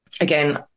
again